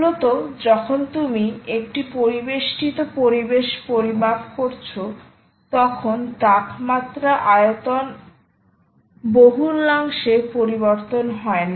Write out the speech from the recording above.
মূলত যখন তুমি একটি পরিবেষ্টিত পরিবেশ পরিমাপ করছ তখন তাপমাত্রা আয়তন বহুলাংশে পরিবর্তন হয় না